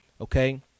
okay